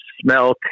smell